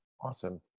Awesome